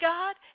God